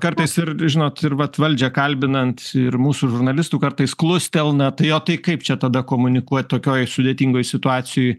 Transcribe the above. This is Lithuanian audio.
kartais ir žinot ir vat valdžią kalbinant ir mūsų žurnalistų kartais klustelna tai o tai kaip čia tada komunikuot tokioj sudėtingoj situacijoj